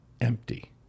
empty